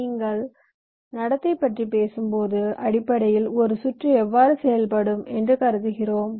நீங்கள் நடத்தை பற்றி பேசும்போது அடிப்படையில் ஒரு சுற்று எவ்வாறு செயல்படும் என்று கருதுகிறோம்